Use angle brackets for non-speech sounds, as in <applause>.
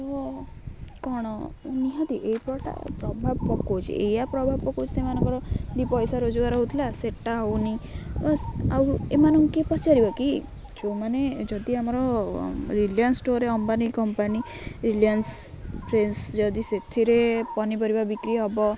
ତ କ'ଣ ନିହାତି ଏପଟା ପ୍ରଭାବ ପକାଉଛି ଏଇୟା ପ୍ରଭାବ ପକାଉଛି ସେମାନଙ୍କର ଦୁଇ ପଇସା ରୋଜଗାର ହେଉଥିଲା ସେଟା ହେଉନି ବ ଆଉ ଏମାନଙ୍କୁ କିଏ ପଚାରିବ କି ଯେଉଁମାନେ ଯଦି ଆମର Reliance store Ambani company Reliance <unintelligible> ଯଦି ସେଥିରେ ପନିପରିବା ବିକ୍ରି ହବ